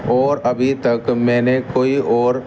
اور ابھی تک میں نے کوئی اور